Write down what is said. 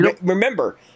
remember